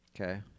Okay